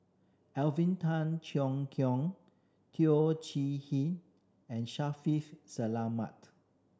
Alvin Tan Cheong Kheng Teo Chee Hean and Shaffiq Selamat